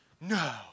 no